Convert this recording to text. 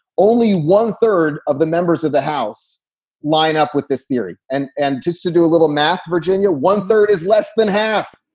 only one third of the members of the house line up with this theory. and and just to do a little math, virginia, one third is less than half,